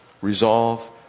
resolve